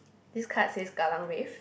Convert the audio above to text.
this card says kallang Wave